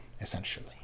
essentially